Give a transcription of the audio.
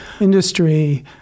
industry